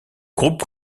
groupe